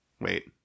wait